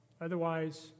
Otherwise